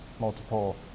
multiple